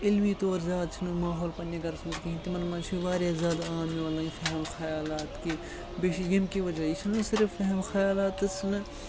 علمی طور زیادٕ چھِنہٕ ماحول پنٛنہِ گَرَس منٛز کِہیٖنۍ تِمَن منٛز چھُ واریاہ زیادٕ عام یہِ مطلب یہِ وٮ۪ہَم خیالات کہِ بیٚیہِ چھِ ییٚمکہِ وجہ یہِ چھِنہٕ صرف وٮ۪ہَم خیالات